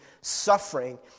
suffering